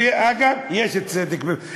ואגב, יש צדק.